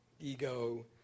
ego